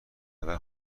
قدر